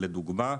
לדוגמא,